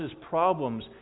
problems